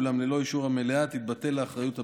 אולם ללא אישור המליאה תתבטל האחריות הפלילית,